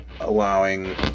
allowing